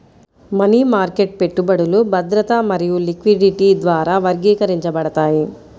money market పెట్టుబడులు భద్రత మరియు లిక్విడిటీ ద్వారా వర్గీకరించబడతాయి